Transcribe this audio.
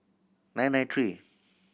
nine nine three